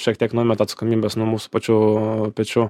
šiek tiek numeta atsakomybės nuo mūsų pačių pečių